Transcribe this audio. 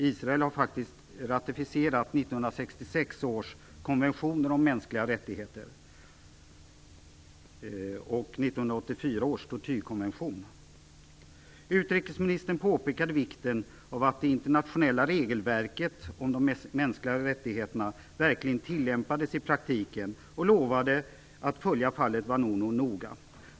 Israel har faktiskt ratificerat 1966 Utrikesministern påpekade vikten av att det internationella regelverket om de mänskliga rättigheterna verkligen tillämpades i praktiken och lovade att följa fallet Vanunu noga.